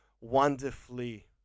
wonderfully